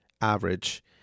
average